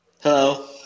Hello